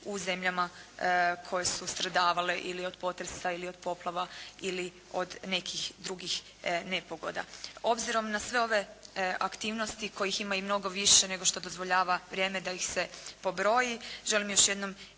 u zemljama koje su stradavale ili od potresa, poplava ili od nekih drugih nepogoda. Obzirom na sve ove aktivnosti kojih ima i mnogo više nego što dozvoljava vrijeme da ih se pobroji, želim još jednom